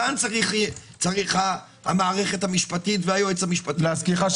כאן צריכה המערכת המשפטית והיועץ המשפטי- -- להזכירך,